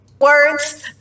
words